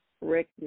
Rick